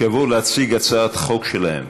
שיבואו להציג הצעת חוק שלהם.